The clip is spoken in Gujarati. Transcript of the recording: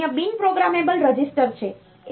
કેટલાક અન્ય બિન પ્રોગ્રામેબલ રજિસ્ટર છે